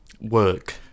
work